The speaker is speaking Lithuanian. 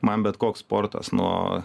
man bet koks sportas nuo